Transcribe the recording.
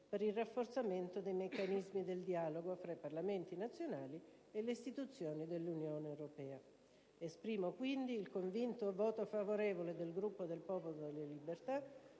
per il rafforzamento dei meccanismi del dialogo tra i Parlamenti nazionali e le istituzioni dell'Unione europea. Dichiaro quindi il convinto voto favorevole del Gruppo del Popolo della Libertà